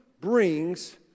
brings